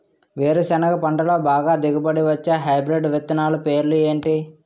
వేరుసెనగ పంటలో బాగా దిగుబడి వచ్చే హైబ్రిడ్ విత్తనాలు పేర్లు ఏంటి?